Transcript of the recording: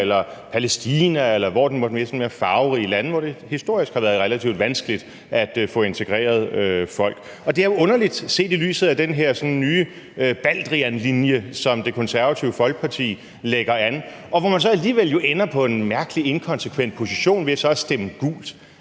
eller Palæstina, eller hvad det måtte være af farverige lande, hvor det historisk har været relativt vanskeligt at få integreret folk. Og det er jo underligt set i lyset af den her sådan nye baldrianlinje, som Det Konservative Folkeparti lægger an, og hvor man jo så alligevel ender på en mærkelig inkonsekvent position ved så at stemme gult.